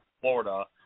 Florida